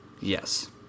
Yes